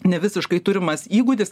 nevisiškai turimas įgūdis